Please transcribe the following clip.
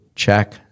check